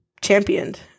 championed